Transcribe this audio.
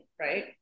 right